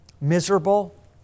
miserable